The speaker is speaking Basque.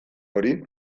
hori